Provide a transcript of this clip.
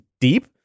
deep